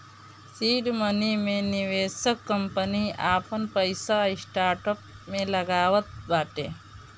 seed money मे निवेशक company आपन पईसा स्टार्टअप में लगावत बाटे